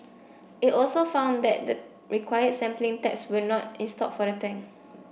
it also found that the required sampling taps were not installed for the tank